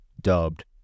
dubbed